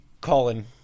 colin